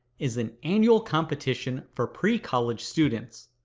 is an annual competition for pre-college students.